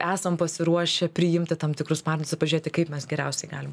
esam pasiruošę priimti tam tikrus parnius ir pažėti kaip mes geriausiai galim